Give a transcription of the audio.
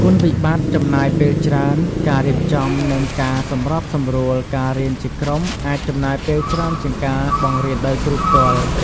គុណវិបត្តិចំណាយពេលច្រើន ការរៀបចំ និងការសម្របសម្រួលការរៀនជាក្រុមអាចចំណាយពេលច្រើនជាងការបង្រៀនដោយគ្រូផ្ទាល់។